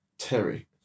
Terry